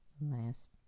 Last